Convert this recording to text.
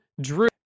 Drew